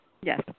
Yes